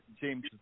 James